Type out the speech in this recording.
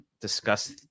discuss